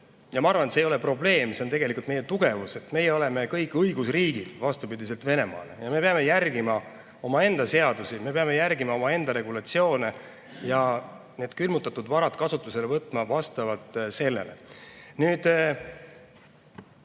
arvan, et see ei ole probleem, see on meie tugevus –, et meie oleme kõik õigusriigid, vastupidiselt Venemaale. Me peame järgima omaenda seadusi, me peame järgima omaenda regulatsioone ja need külmutatud varad kasutusele võtma vastavalt sellele.